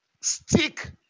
Stick